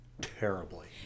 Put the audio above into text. terribly